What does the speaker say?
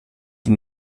die